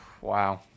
wow